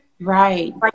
right